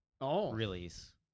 release